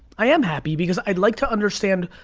i am happy, because i'd like to understand,